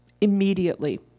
Immediately